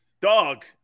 Dog